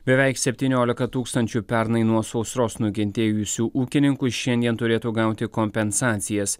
beveik septyniolika tūkstančių pernai nuo sausros nukentėjusių ūkininkų šiandien turėtų gauti kompensacijas